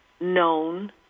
known